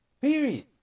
Period